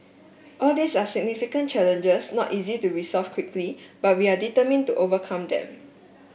all these are significant challenges not easy to resolve quickly but we are determined to overcome them